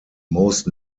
most